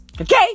Okay